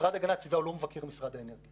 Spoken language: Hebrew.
המשרד להגנת הסביבה הוא לא המבקר של משרד האנרגיה.